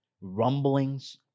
rumblings